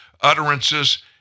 utterances